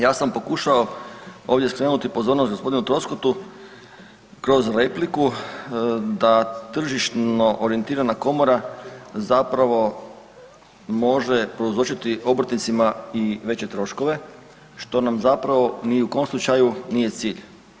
Ja sam pokušao ovdje skrenuti pozornost g. Troskotu kroz repliku da tržišno orijentirana komora zapravo može prouzročiti obrtnicima i veće troškove, što nam ni u kom slučaju nije cilj.